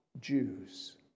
Jews